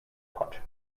pot